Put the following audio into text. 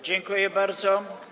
Dziękuję bardzo.